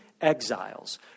exiles